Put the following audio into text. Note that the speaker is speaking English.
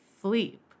sleep